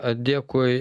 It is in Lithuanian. a dėkui